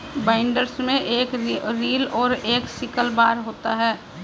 binders में एक reel और एक सिकल बार होता है